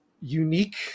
unique